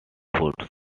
foods